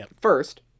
First